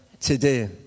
today